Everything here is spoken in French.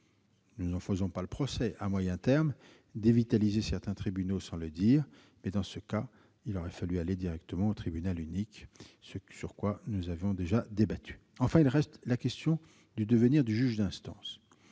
nous n'en faisons pas le procès -, à moyen terme, dévitaliser certains tribunaux sans le dire, mais dans ce cas, il aurait fallu aller directement au tribunal unique, ce sur quoi nous avions déjà débattu. Enfin, il reste la question du devenir du juge d'instance.